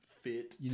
fit